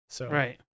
Right